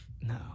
No